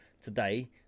today